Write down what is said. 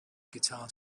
guitar